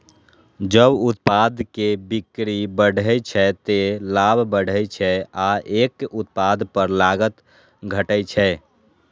जब उत्पाद के बिक्री बढ़ै छै, ते लाभ बढ़ै छै आ एक उत्पाद पर लागत घटै छै